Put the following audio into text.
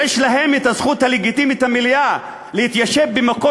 שיש להם את הזכות הלגיטימית המלאה להתיישב במקום